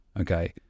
okay